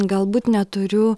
galbūt neturiu